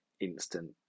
instant